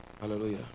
Hallelujah